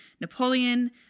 Napoleon